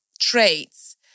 traits